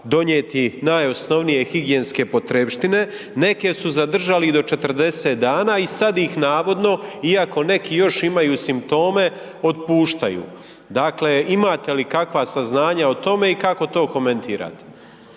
donijeti najosnovnije higijenske potrepštine, neke su zadržali i do 40 dana i sad ih navodno iako neki još imaju simptome, otpuštaju. Dakle, imate li kakva saznanja o tome i kako to komentirate?